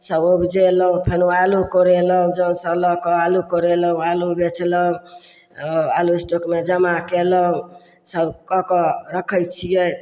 सब उपजेलहुँ फेनो आलू कोरेलहुँ जनसँ लअके आलू कोरेलहुँ आलू बेचलहुँ ओ आलू स्टॉकमे जमा कयलहुँ सबकऽ के रखय छियै